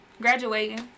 Graduating